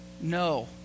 no